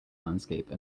landscape